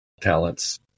talents